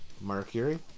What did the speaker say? Mercury